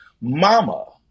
mama